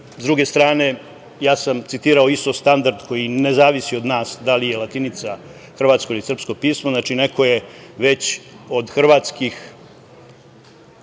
druge strane, ja sam citirao ISO standard, koji ne zavisi od nas, da li je latinica, hrvatsko ili srpsko pismo. Znači, neko je već od hrvatskih